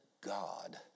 God